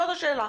זאת השאלה.